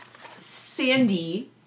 Sandy